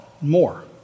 more